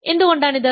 എന്തുകൊണ്ടാണിത്